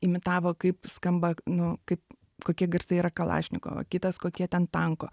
imitavo kaip skamba nu kaip kokie garsai yra kalašnikovo kitas kokie ten tanko